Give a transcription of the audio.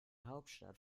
hauptstadt